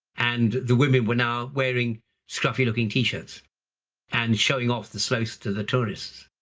and the women were now wearing scruffy looking t-shirts and showing off the sloths to the tourists.